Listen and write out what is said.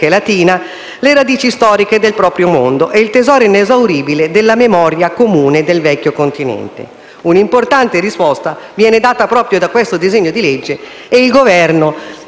latina le radici storiche del proprio mondo e il tesoro inesauribile della memoria comune del vecchio continente. Un'importante risposta viene data proprio da questo disegno di legge e il Governo